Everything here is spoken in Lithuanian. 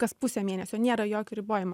kas pusę mėnesio nėra jokio ribojimo